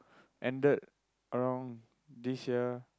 ended around this year